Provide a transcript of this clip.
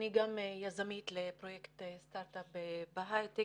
אני גם יזמית לפרויקט סטארט-אפ בהיי-טק,